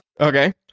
Okay